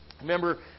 remember